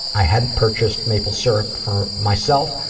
i hadn't purchased maple syrup for myself,